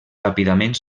ràpidament